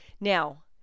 Now